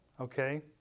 Okay